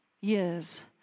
years